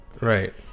Right